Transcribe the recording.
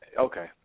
okay